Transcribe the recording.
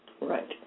Right